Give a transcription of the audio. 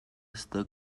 esta